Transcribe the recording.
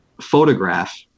photograph